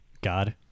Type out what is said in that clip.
God